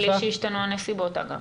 בלי שהשתנו הנסיבות, אגב.